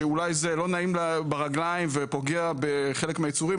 שאולי זה לא נעים ברגליים ופוגע בחלק מהיצורים,